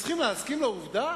וצריכים להסכים לעובדה